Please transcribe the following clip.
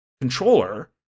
controller